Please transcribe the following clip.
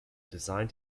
designed